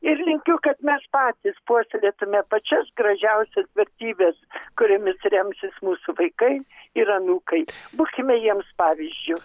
ir linkiu kad mes patys puoselėtume pačias gražiausias vertybes kuriomis remsis mūsų vaikai ir anūkai būkime jiems pavyzdžiu